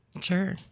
Sure